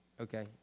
Okay